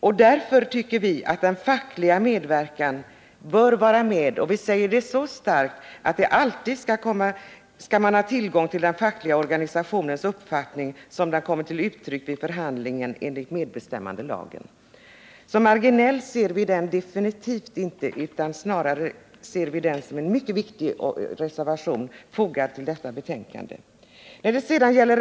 Vi anser att det här krävs en facklig medverkan. Vi uttrycker det så starkt, att man alltid skall ha tillgång till den fackliga uppfattningen, såsom den kommer till uttryck vid förhandling enlig medbestämmandelagen. Som marginellt ser vi detta definitivt inte, utan vi anser tvärtom att vår reservation nr I är mycket viktig.